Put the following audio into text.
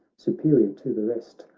superior to the rest,